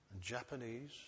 Japanese